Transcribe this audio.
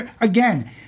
Again